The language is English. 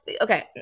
okay